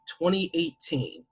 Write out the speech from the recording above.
2018